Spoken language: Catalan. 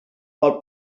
qual